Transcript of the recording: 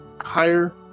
higher